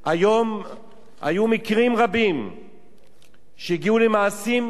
היו מקרים רבים שהגיעו למעשים קשים ביותר,